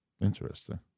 Interesting